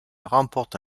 remporte